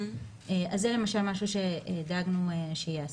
אז למשל משהו שדאגנו שייעשה.